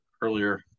earlier